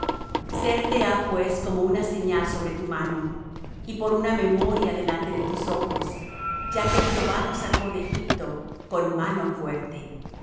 hijos serte ha pues como una señal sobre tu mano y por una memoria delante de tus ojos ya que jehová nos sacó de egipto con mano fuerte